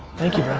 thank you, bro.